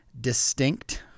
distinct